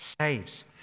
saves